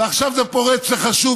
ועכשיו זה פורץ לך שוב,